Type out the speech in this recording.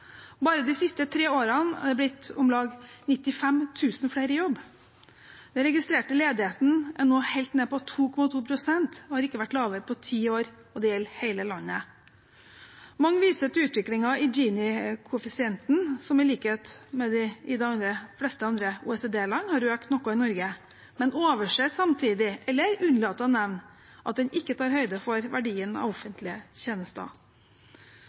Bare de siste tre årene er det blitt om lag 95 000 flere i jobb. Den registrerte ledigheten er nå helt nede på 2,2 pst. og har ikke vært lavere på ti år. Det gjelder hele landet. Mange viser til utviklingen i Gini-koeffisienten, som i likhet med i de fleste andre OECD-land har økt noe i Norge, men overser samtidig – eller unnlater å nevne – at den ikke tar høyde for verdien av offentlige tjenester.